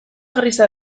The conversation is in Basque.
grisa